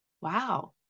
wow